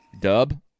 Dub